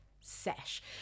sesh